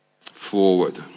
forward